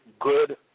good